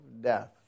death